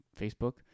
facebook